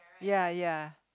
ya ya